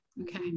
Okay